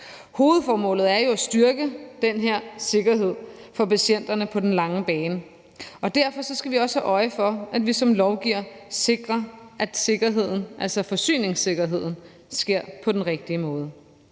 Hovedformålet er jo at styrke den her sikkerhed for patienterne på den lange bane, og derfor skal vi også have øje for, at vi som lovgivere sikrer, at sikkerheden, altså forsyningssikkerheden, sker på den rigtige måde.